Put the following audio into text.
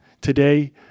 today